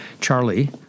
Charlie